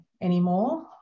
anymore